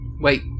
Wait